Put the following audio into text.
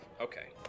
okay